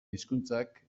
hizkuntzak